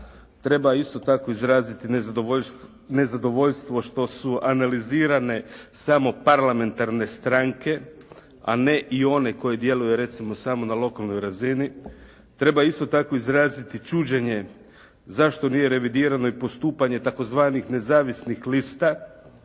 treba isto tako izraziti nezadovoljstvo što su analizirane samo parlamentarne stranke, a ne i one koje djeluju samo na lokalnoj razini. Treba isto tako izraziti čuđenje zašto nije revidirano i postupanje tzv. nezavisnih lista,